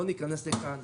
לא ניכנס אליהם.